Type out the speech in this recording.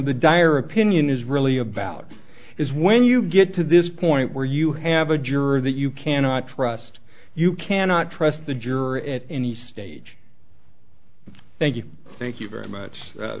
the dire opinion is really about is when you get to this point where you have a juror that you cannot trust you cannot trust the juror at any stage thank you thank you very much